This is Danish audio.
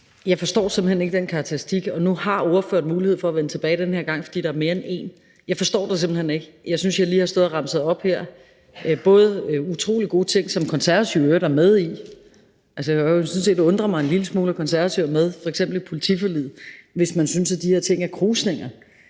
Jeg forstår simpelt hen ikke den karakteristik. Og den her gang har ordføreren mulighed for at vende tilbage, fordi der er mere end én kort bemærkning. Jeg forstår det simpelt hen ikke. Jeg synes, jeg lige har stået og remset utrolig gode ting op her, som Konservative i øvrigt er med i. Jeg kan sådan set undre mig en lille smule over, at Konservative er med, f.eks. i politiforliget, hvis man synes, at de her ting er krusninger.